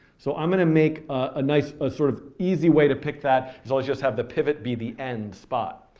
so i'm going to make a nice, a sort of easy way to pick that, it's always just have the pivot be the end spot.